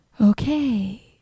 Okay